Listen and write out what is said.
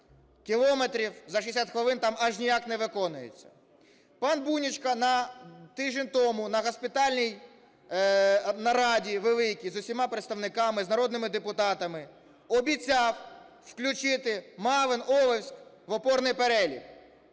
кілометрів за 60 хвилин там аж ніяк не виконується. Пан Бунечко тиждень тому на госпітальній нараді великій з усіма представниками, з народними депутатами обіцяв включити Малин, Олевськ в опорний перелік.